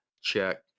check